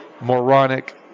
moronic